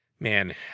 Man